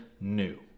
new